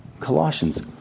colossians